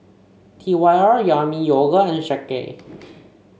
T Y R Yami Yogurt and A